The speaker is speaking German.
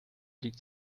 liegt